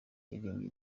yaririmbye